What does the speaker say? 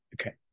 Okay